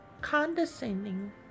condescending